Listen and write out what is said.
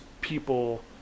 people